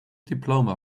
diploma